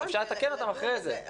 אפשר לתקן אותם אחרי זה.